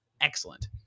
excellent